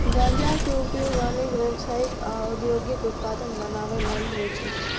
गांजा के उपयोग अनेक व्यावसायिक आ औद्योगिक उत्पाद बनबै लेल होइ छै